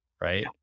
right